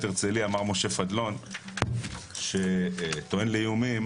הרצליה מר משה פדלון שטוען לאיומים,